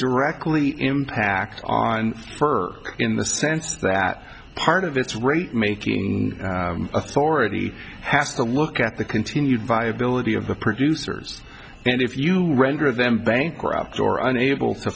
directly impact on her in the sense that part of its rate making authority has to look at the continued viability of the producers and if you render them bankrupt or unable to